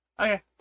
Okay